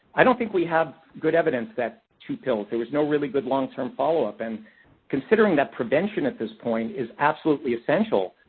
i don't think we have good evidence-that two pills. there was no really good long-term follow up, and considering that prevention at this point is absolutely essential,